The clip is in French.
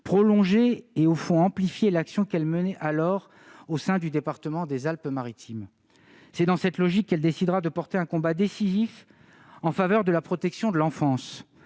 prolonger et, au fond, amplifier l'action qu'elle menait alors au sein du département des Alpes-Maritimes. C'est dans cette logique qu'elle décidera de porter un combat décisif en faveur de la protection de l'enfance,